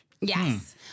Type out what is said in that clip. Yes